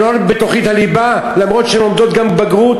הם לא בתוכנית הליבה, למרות שהן לומדות גם לבגרות?